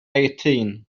eighteen